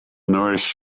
nourish